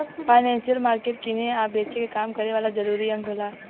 financial market किने आ बेचे के काम करे वाला जरूरी अंग होला